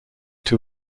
two